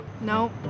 No